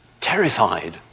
terrified